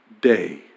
day